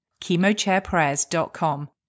chemochairprayers.com